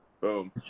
Boom